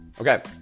Okay